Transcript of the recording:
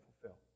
fulfill